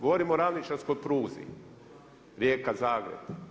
Govorimo o ravničarskoj pruzi, Rijeka-Zagreb.